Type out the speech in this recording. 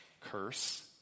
curse